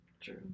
True